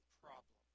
problem